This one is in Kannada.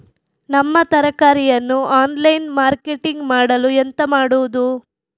ನಮ್ಮ ತರಕಾರಿಯನ್ನು ಆನ್ಲೈನ್ ಮಾರ್ಕೆಟಿಂಗ್ ಮಾಡಲು ಎಂತ ಮಾಡುದು?